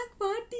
party